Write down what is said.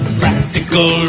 practical